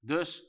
Dus